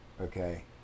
okay